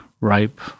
ripe